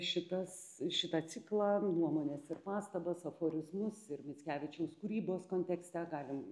šitas šitą ciklą nuomones ir pastabas aforizmus ir mickevičiaus kūrybos kontekste galim